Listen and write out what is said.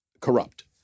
corrupt